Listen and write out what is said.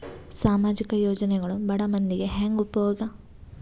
ಸಾಮಾಜಿಕ ಯೋಜನೆಗಳು ಬಡ ಮಂದಿಗೆ ಹೆಂಗ್ ಉಪಯೋಗ?